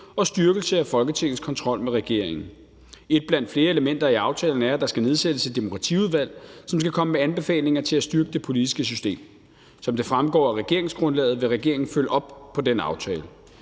en styrkelse af Folketingets kontrol med regeringen. Et blandt flere elementer i aftalen er, at der skal nedsættes et demokratiudvalg, som skal komme med anbefalinger til at styrke det politiske system. Som det fremgår af regeringsgrundlaget, vil regeringen følge op på den aftale.